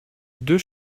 deux